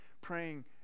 praying